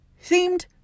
themed